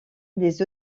des